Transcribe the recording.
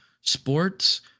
Sports